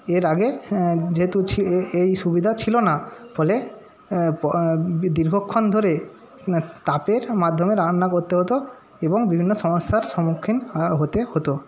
এর আগে যেহেতু ছিল এই সুবিধা ছিল না ফলে দীর্ঘক্ষণ ধরে না তাপের মাধ্যমে রান্না করতে হতো এবং বিভিন্ন সমস্যার সম্মুখীন হতে হতো